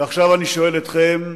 ועכשיו אני שואל אתכם,